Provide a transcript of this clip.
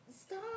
Stop